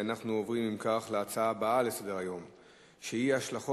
נעבור להצעות לסדר-היום בנושא: השלכות